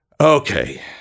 Okay